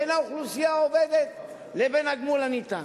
בין האוכלוסייה העובדת לבין הגמול הניתן.